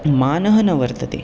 मानः न वर्तते